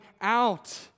out